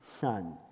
son